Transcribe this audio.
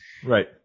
Right